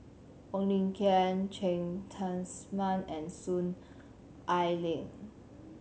Wong Lin Ken Cheng Tsang Man and Soon Ai Ling